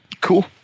Cool